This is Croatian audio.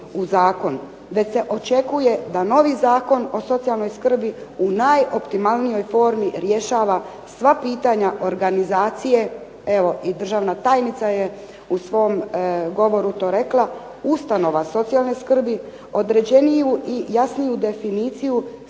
u zakon, već se očekuje da novi Zakon o socijalnoj skrbi u najoptimalnijoj formi rješava sva pitanja organizacije. Evo i državna tajnica je u svom govoru to rekla. Ustanova socijalne skrbi određeniju i jasniju definiciju